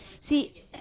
See